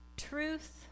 Truth